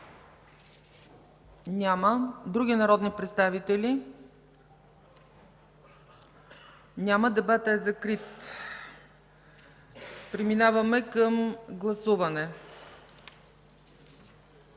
Няма. Други народни представители? Дебатът е закрит. Преминаваме към гласуване.